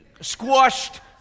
squashed